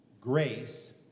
grace